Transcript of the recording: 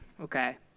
Okay